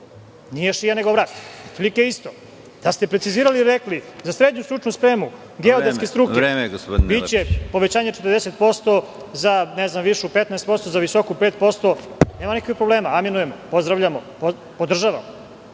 Nije šija nego vrat. Otprilike isto. Da ste precizirali i rekli – za srednju stručnu spremu geodetske struke biće povećanje 40%, za višu 15%, za visoku 5%, nema nikakvih problema, aminujem, pozdravljamo,